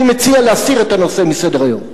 אני מציע להסיר את הנושא מסדר-היום.